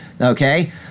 okay